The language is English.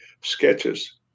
sketches